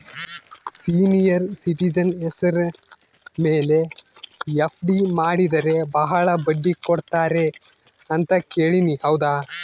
Senior citizen ಹೆಸರ ಮೇಲೆ FD ಮಾಡಿದರೆ ಬಹಳ ಬಡ್ಡಿ ಕೊಡ್ತಾರೆ ಅಂತಾ ಕೇಳಿನಿ ಹೌದಾ?